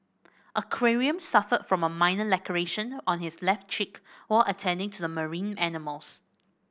aquarium suffered from a minor laceration on his left cheek while attending to the marine animals